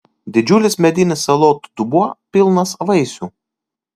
didžiulis medinis salotų dubuo pilnas vaisių